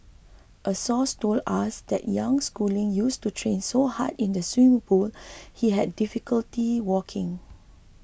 a source told us that young Schooling used to train so hard in the swimming pool he had difficulty walking